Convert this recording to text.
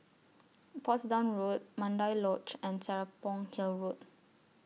Portsdown Road Mandai Lodge and Serapong Hill Road